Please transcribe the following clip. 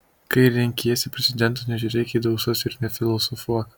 kai renkiesi prezidentą nežiūrėk į dausas ir nefilosofuok